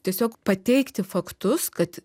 tiesiog pateikti faktus kad